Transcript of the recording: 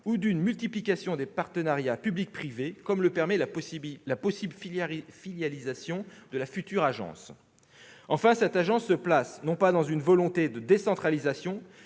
ou d'une multiplication des partenariats public-privé, comme le permet la possible filialisation de la future agence. Enfin, cette agence se place, non pas dans une volonté de décentralisation,